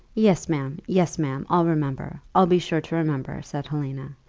yes, ma'am yes, ma'am, i'll remember i'll be sure to remember, said helena,